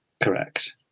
Correct